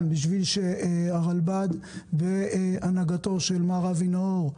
בשביל שהרלב"ד בהנהגתו של מר אבי נאור,